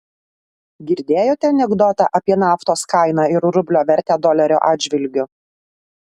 girdėjote anekdotą apie naftos kainą ir rublio vertę dolerio atžvilgiu